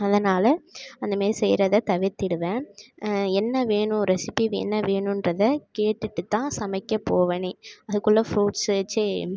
அதனால் அந்தமாரி செய்றதை தவிர்த்திடுவேன் என்ன வேணும் ரெசிபி என்ன வேணுன்றதை கேட்டுகிட்டு தான் சமைக்க போவனே அதுக்குள்ளே ஃபுரூட்ஸ்ஸு ச்சே